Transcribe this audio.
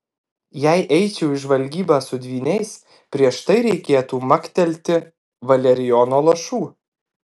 jei eičiau į žvalgybą su dvyniais prieš tai reikėtų maktelti valerijono lašų